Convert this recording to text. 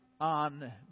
on